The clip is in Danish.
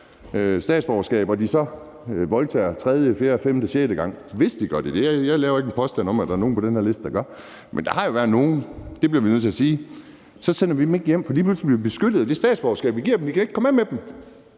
statsborgerskab og de så voldtager tredje, fjerde, femte, sjette gang – hvis de gør det, jeg laver ikke den påstand, at der er nogen på den her liste, der gør det, men der har jo været nogen; det bliver vi nødt til at sige – er at sende dem hjem. Lige pludselig bliver de beskyttet af det statsborgerskab, vi giver dem. Vi kan ikke komme af med dem.